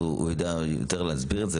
ולדעתי הוא יותר יודע להסביר את זה,